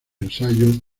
ensayo